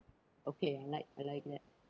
okay I like I like that